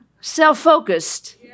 self-focused